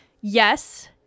Yes